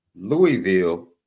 Louisville